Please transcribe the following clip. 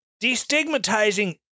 destigmatizing